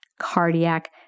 cardiac